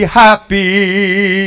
happy